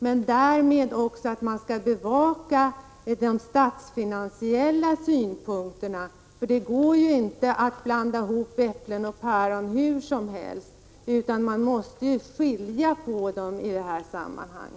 Men vi menar också att man skall bevaka de statsfinansiella synpunkterna. Det går ju inte att blanda ihop äpplen och päron hur som helst, utan man måste skilja på dem i detta sammanhang.